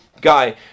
guy